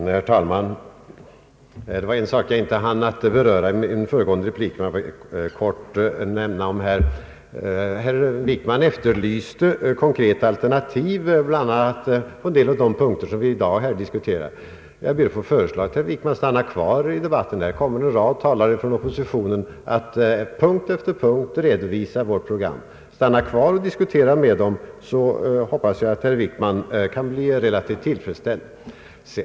Herr talman! Det var en sak som jag inte hann beröra i min föregående replik men som jag nu helt kort vill omnämna. Herr Wickman efterlyste konkreta alternativ på en del av de punkter som vi här i dag diskuterar. Jag ber att få föreslå att herr Wickman stannar kvar under den fortsatta debatten. Här kommer en rad talare från oppositionen att punkt efter punkt redovisa vårt program. Stanna kvar och diskutera med dem! Jag hoppas att herr Wickman då kan bli relativt tillfredsställd.